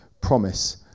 promise